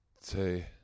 say